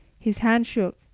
his hand shook,